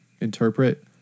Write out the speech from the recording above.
interpret